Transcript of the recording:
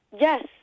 Yes